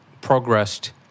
progressed